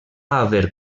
haver